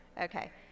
Okay